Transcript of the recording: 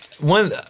One